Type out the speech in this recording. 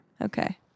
Okay